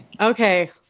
Okay